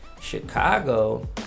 Chicago